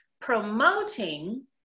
promoting